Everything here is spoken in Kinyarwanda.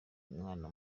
umwana